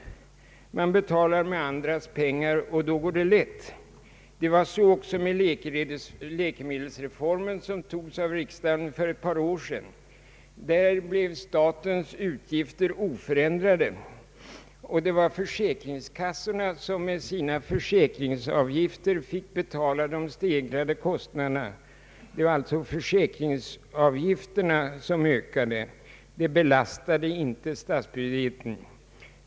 Man betalar med andras pengar, och då går det lätt. Det var så också med läkemedelsreformen, som antogs av riksdagen för ett par år sedan. Då blev statens utgifter oförändrade, och det var försäkringskassorna som med sina försäkringsavgifter fick betala de stegrade kostnaderna. Det var alltså försäkringsavgifterna som ökade. Reformen belastade inte statsbudgeten.